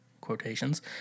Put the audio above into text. quotations